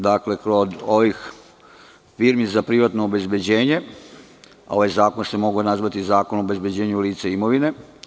Dakle, kod ovih firmi za privatno obezbeđenje ovaj zakon se mogao nazvati zakon o obezbeđenju lica i imovine.